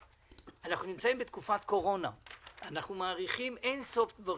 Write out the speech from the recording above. נמצאים בתקופת קורונה ואנחנו מאריכים אין סוף דברים.